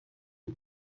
نور